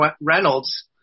Reynolds